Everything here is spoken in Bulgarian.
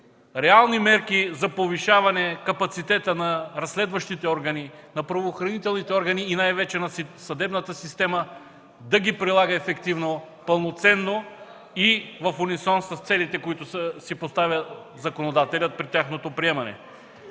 реални мерки за повишаване капацитета на разследващите органи, на правоохранителните органи и най-вече на съдебната система да ги прилага ефективно, пълноценно и в унисон с целите, които си поставя законодателят при тяхното приемане.